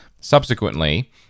subsequently